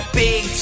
big